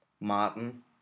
martin